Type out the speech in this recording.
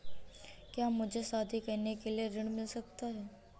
क्या मुझे शादी करने के लिए ऋण मिल सकता है?